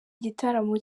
gitaramo